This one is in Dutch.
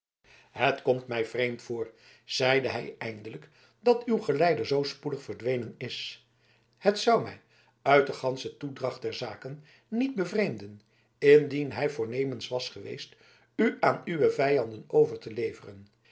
het komt mij vreemd voor zeide hij eindelijk dat uw geleider zoo spoedig verdwenen is het zou mij uit de gansche toedracht der zaken niet bevreemden indien hij voornemens was geweest u aan uwe vijanden over te leveren